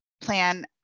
Plan